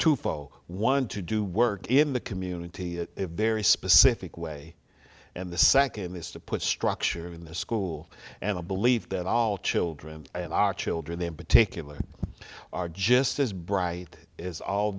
one to do work in the community a very specific way and the second is to put structure in the school and i believe that all children and our children in particular are just as bright as all